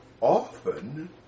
Often